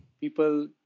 people